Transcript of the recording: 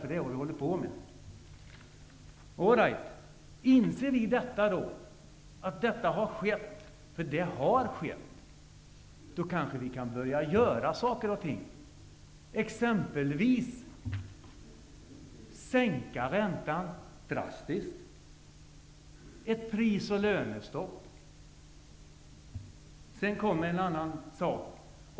Det är ju vad vi håller på med. All right, inser ni att detta har skett -- för det har skett? Om ni gör det, kan vi kanske börja göra saker och ting. Exempelvis gäller det att drastiskt sänka räntan. Vidare gäller det ett pris och lönestopp. Sedan en annan sak.